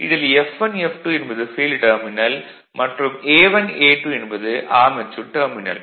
இதில் F1 F2 என்பது field terminal மற்றும் A1 A2 என்பது ஆர்மெச்சூர் டெர்மினல்